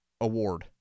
award